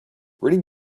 reading